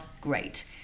great